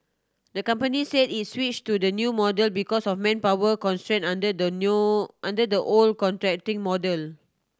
the company say it switch to the new model because of manpower constraint under the new under the old contracting model